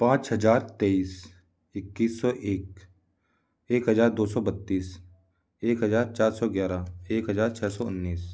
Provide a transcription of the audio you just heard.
पाँच हजार तेईस इक्कीस सौ एक एक हजार दो सौ बत्तीस एक हजार चार सौ ग्यारह एक हजार चार सौ उन्नीस